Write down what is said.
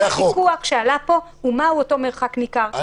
הוויכוח שעלה פה הוא מהו אותו מרחק ניכר,